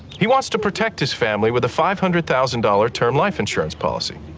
he wants to protect his family with a five hundred thousand dollar term life insurance policy.